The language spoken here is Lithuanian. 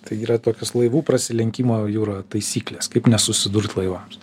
tai yra tokios laivų prasilenkimo jūroje taisyklės kaip nesusidurt laivams